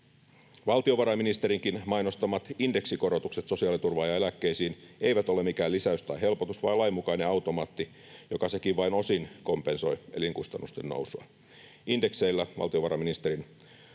Valtiovarainministerinkin mainostamat indeksikorotukset sosiaaliturvaan ja eläkkeisiin eivät ole mikään lisäys tai helpotus vaan lainmukainen automaatti, joka sekin vain osin kompensoi elinkustannusten nousua.